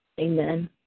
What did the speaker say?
Amen